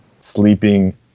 sleeping